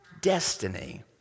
destiny